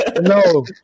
no